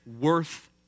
worth